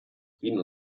frieden